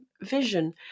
vision